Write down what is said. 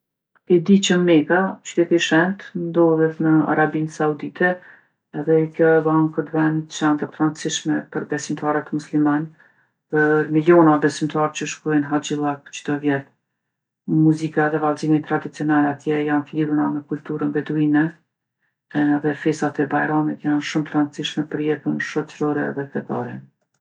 E di që Meka, qyteti i shenjtë, ndodhet në Arabinë Saudite edhe kjo e bon këtë vend qendër t'randsishme për besimtarët musliman, për miliona besimtarë që shkojnë n'Haxhillak çdo vjet. Muzika edhe vallzimi tradicional atje janë t'lidhuna me kulturën beduine edhe festat e bajramit janë shumë t'randsishme për jetën shoqrore edhe fetare.